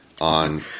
On